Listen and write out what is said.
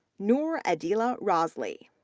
nur adilah rosli,